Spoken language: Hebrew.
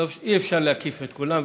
אי-אפשר להקיף את כולם,